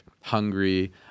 hungry